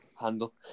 handle